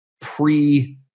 pre